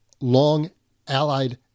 long-allied